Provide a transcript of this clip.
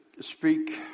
speak